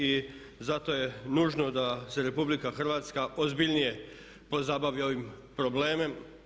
I zato je nužno da se RH ozbiljnije pozabavi ovim problemom.